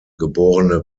geborene